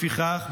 לפיכך,